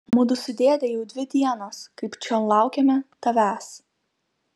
mudu su dėde jau dvi dienos kaip čion laukiame tavęs